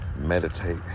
meditate